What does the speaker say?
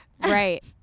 Right